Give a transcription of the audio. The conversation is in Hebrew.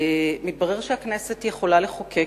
מתברר שהכנסת יכולה לחוקק